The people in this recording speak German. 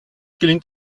gelingt